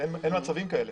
אין מצבים כאלה.